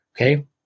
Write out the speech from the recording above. okay